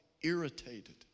irritated